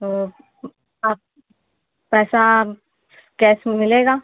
तो आप पैसा आप कैश में मिलेगा